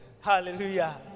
Hallelujah